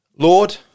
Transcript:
Lord